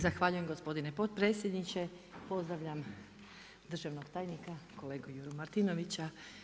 Zahvaljujem gospodine potpredsjedniče, pozdravljam državnog tajnika kolegu Juru Martinovića.